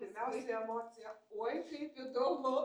pirmiausia tai emocija oi kaip įdomu